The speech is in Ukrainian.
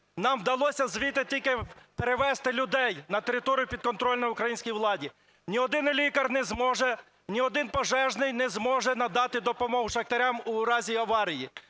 Нам вдалося звідти тільки перевезти людей на територію, підконтрольну українській владі. Ні один лікар не зможе, ні один пожежний не зможе надати допомогу шахтарям у разі аварії.